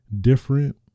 different